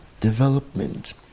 development